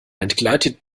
entgleitet